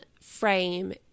frame